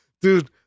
dude